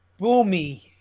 boomy